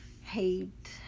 hate